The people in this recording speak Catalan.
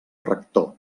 rector